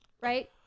right